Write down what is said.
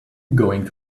going